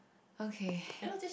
okay